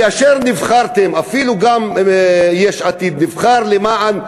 כאשר נבחרתם, אפילו גם יש עתיד נבחרה למען,